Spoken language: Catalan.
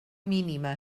mínima